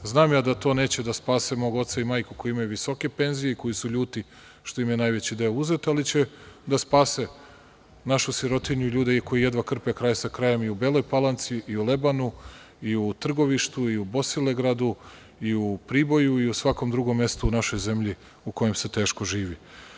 Znam ja da to neće da spase mog oca i majku koji imaju visoke penzije i koji su ljuti što im je najveći deo uzet, ali će da spase našu sirotinju i ljude koji jedva krpe kraj sa krajem i u Beloj Palanci, i u Lebanu, i u Trgovištu, i u Bosilegradu, i u Priboju, i u svakom drugom mestu u našoj zemlji u kojem se teško živi.